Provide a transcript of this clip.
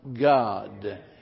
God